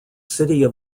seat